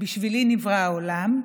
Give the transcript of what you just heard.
"בשבילי נברא העולם",